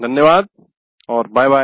धन्यवाद और bye bye